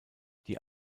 die